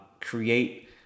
create